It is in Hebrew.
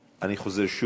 חבר הכנסת עמר בר-לב.